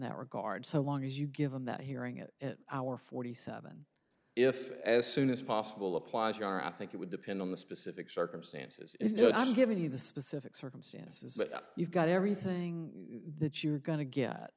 that regard so long as you give him that hearing at our forty seven if as soon as possible applies you are i think it would depend on the specific circumstances i'm giving you the specific circumstances but you've got everything that you're go